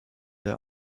der